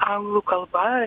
anglų kalba